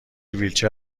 ویلچر